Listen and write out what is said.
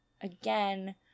again